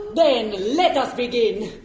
then let us begin!